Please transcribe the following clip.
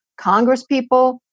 congresspeople